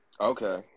Okay